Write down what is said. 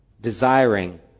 desiring